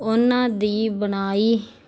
ਉਹਨਾਂ ਦੀ ਬਣਾਈ